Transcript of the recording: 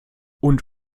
und